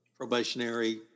Probationary